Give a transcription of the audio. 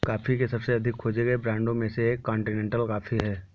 coffee के सबसे अधिक खोजे गए ब्रांडों में से एक कॉन्टिनेंटल कॉफ़ी है